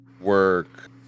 work